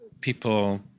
people